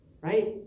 right